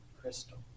crystal